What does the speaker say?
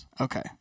Okay